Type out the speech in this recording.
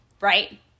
Right